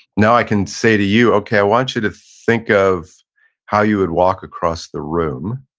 now i can say to you, okay i want you to think of how you would walk across the room.